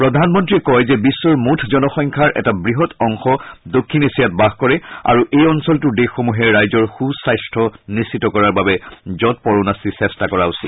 প্ৰধানমন্ত্ৰীয়ে কয় যে বিখ্বৰ মুঠ জনসংখ্যাৰ এটা বৃহৎ অংশ দক্ষিণ এছিয়াত বাস কৰে আৰু অঞ্চলটোৰ দেশসমূহে ৰাইজৰ সুস্বাস্থ্য নিশ্চিত কৰাৰ বাবে যৎপৰোনাস্তি চেষ্টা কৰা উচিত